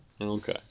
Okay